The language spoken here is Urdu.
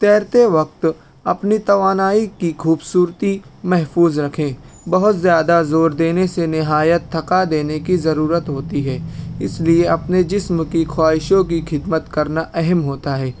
تیرتے وقت اپنی توانائی کی خوبصورتی محفوظ رکھیں بہت زیادہ زور دینے سے نہایت تھکا دینے کی ضرورت ہوتی ہے اس لیے اپنے جسم کی خواہشوں کی خدمت کرنا اہم ہوتا ہے